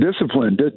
discipline